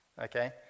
okay